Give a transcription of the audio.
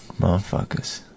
Motherfuckers